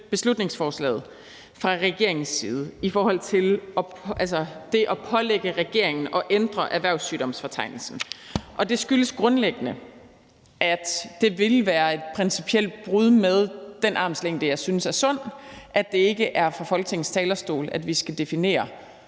beslutningsforslaget i forhold til det at pålægge regeringen at ændre erhvervssygdomsfortegnelsen. Det skyldes grundlæggende, at det ville være et principielt brud med den armslængde, jeg synes er sund, altså at det ikke er fra Folketingets talerstol, at vi skal definere,